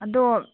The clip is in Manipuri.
ꯑꯗꯣ